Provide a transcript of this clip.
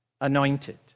anointed